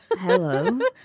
Hello